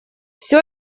все